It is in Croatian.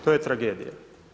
To je tragedija.